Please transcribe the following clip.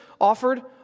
offered